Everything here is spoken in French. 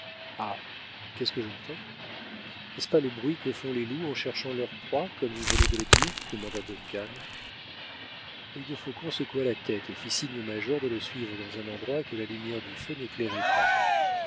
qu'est-ce que j'entends n'est-ce pas le bruit que font les loups en cherchant leur proie comme vous venez de le dire demanda duncan œil de faucon secoua la tête et fit signe au major de le suivre dans un endroit que la lumière du feu n'éclairait pas